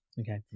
Okay